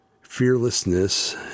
fearlessness